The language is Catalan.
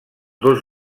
dos